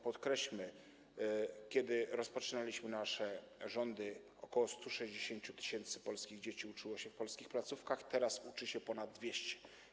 Podkreślmy: kiedy rozpoczynaliśmy nasze rządy, ok. 160 tys. polskich dzieci uczyło się w polskich placówkach, teraz uczy się ponad 200.